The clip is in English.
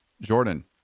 Jordan